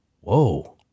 whoa